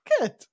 Good